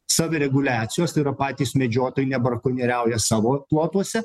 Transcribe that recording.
savireguliacijos tai yra patys medžiotojai nebrakonieriauja savo plotuose